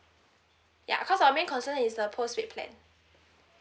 ya cause our main concern is the postpaid plan